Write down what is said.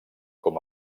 com